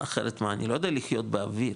אחרת מה, אני לא יודע לחיות באוויר